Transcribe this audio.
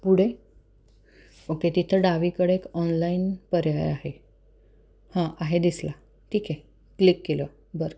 पुढे ओके तिथं डावीकडे एक ऑनलाईन पर्याय आहे हां आहे दिसला ठीक आहे क्लिक केलं बरं